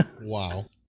Wow